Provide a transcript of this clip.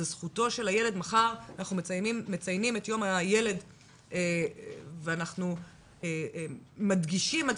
מחר אנחנו מציינים את יום הילד ואנחנו מדגישים עד